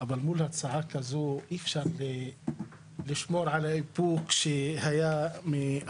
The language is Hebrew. אבל מול הצעה כזו אי אפשר לשמור על איפוק שהיה מהבוקר.